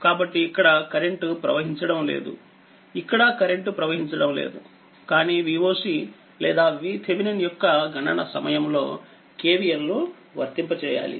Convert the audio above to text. కాబట్టి ఇక్కడ కరెంట్ ప్రవహించడం లేదుఇక్కడ కరెంట్ ప్రవహించడం లేదు కానీVocలేదా VThevenin యొక్క గణన సమయంలోKVLను వర్తింపజేయాలి